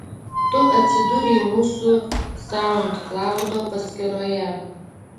tu atsidūrei mūsų saundklaudo paskyroje